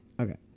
Okay